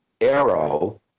arrow